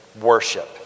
worship